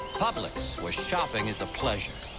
publix. where shopping is a pleasure